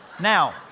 Now